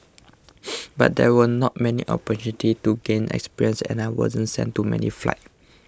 but there were not many opportunities to gain experience and I wasn't sent to many fights